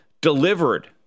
delivered